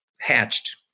hatched